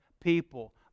people